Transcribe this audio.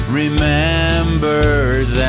remembers